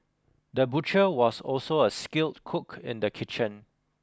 the butcher was also a skilled cook in the kitchen